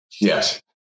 Yes